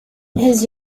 his